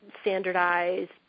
standardized